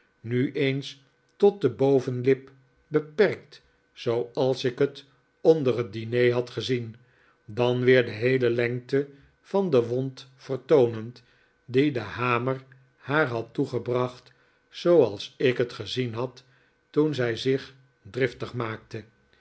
nu eens tot de bovenlip beperkt zooals ik het onder het diner had gezien dan weer de heele lengte van de wond vertoonend die de hamer haar had toegebracht zooals ik het gezien had toen zij zich driftig maakte